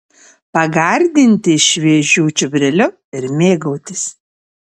pagardinti šviežiu čiobreliu ir mėgautis